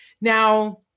Now